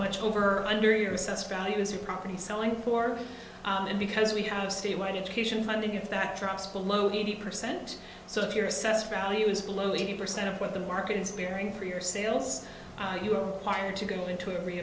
much over under your assessed value is your property selling core and because we have statewide cation funding if that drops below eighty percent so if you're assessed value is below eighty percent of what the market is bearing for your sales you are wired to go into every